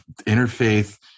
interfaith